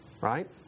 Right